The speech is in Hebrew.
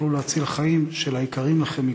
תוכלו להציל חיים של היקרים לכם מכול.